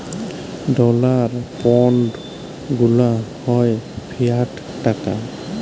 dollar, pound গুলা হ্যয় fiat টাকা